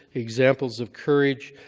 examples of courage,